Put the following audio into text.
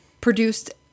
produced